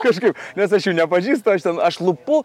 kažkaip nes aš jų nepažįstu aš ten aš lupu